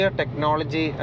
technology